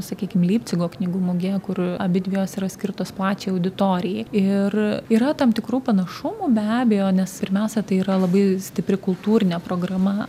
sakykim leipcigo knygų mugėje kur abidvi jos yra skirtos plačiai auditorijai ir yra tam tikrų panašumų be abejo nes pirmiausia tai yra labai stipri kultūrinė programa